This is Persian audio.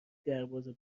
دربازه